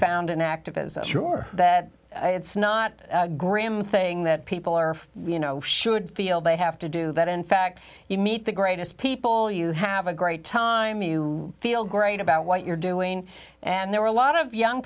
found in activism sure that it's not graham thing that people are you know should feel they have to do that in fact you meet the greatest people you have a great time you feel great about what you're doing and there are a lot of young